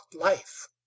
life